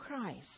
Christ